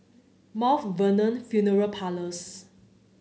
Vernon Funeral Parlours